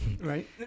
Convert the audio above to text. right